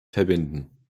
verbinden